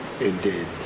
indeed